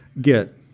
get